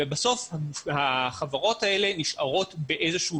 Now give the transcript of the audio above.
ובסוף החברות האלה נשארות באיזה שהוא